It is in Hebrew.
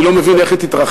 אני לא מבין איך היא תתרחש.